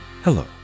Hello